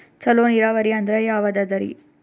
ಚಲೋ ನೀರಾವರಿ ಅಂದ್ರ ಯಾವದದರಿ?